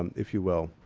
um if you will.